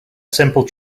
simple